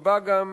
נקבע גם